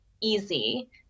easy